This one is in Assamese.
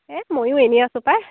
এহ ময়ো এনেই আছোঁ পাই